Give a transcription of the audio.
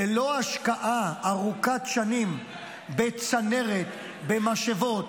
ללא השקעה ארוכת שנים בצנרת, במשאבות,